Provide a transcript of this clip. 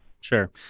Sure